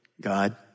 God